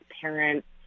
parents